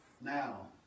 Now